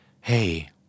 Hey